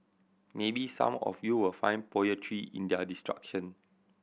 maybe some of you will find poetry in their destruction